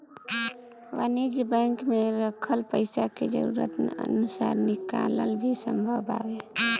वाणिज्यिक बैंक में रखल पइसा के जरूरत अनुसार निकालल भी संभव बावे